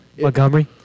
Montgomery